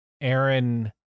aaron